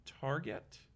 Target